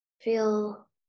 Feel